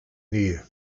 nähe